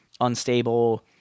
unstable